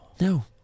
No